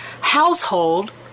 household